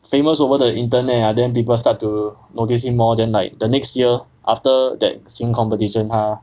famous over the internet lah then people start to notice him more then like the next year after that singing competition 他